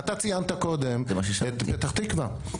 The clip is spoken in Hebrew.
ציינת קודם את פתח-תקוה,